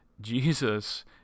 Jesus